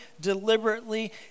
deliberately